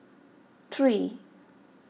three